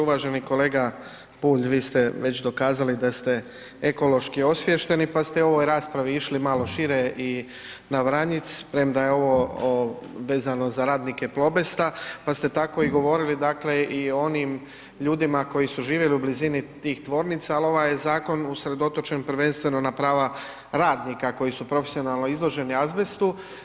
Uvaženi kolega Bulj, vi ste već dokazali da ste ekološki osviješteni pa ste u ovoj raspravi išli malo šire i na Vranjic premda je ovo vezano za radnike Plobesta, pa ste tako govorili dakle i o onim ljudima koji su živjeli u blizini tih tvornica ali ovaj je zakon usredotočen prvenstveno na prava radnika koji su profesionalno izlože ni azbestu.